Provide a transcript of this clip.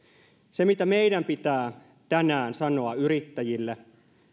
se mitä meidän pitää tänään sanoa yrittäjille